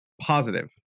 positive